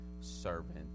servant